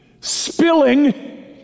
spilling